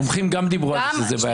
מומחים גם דיברו על זה שזה בעייתי.